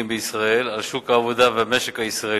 בישראל על שוק העבודה והמשק הישראלי,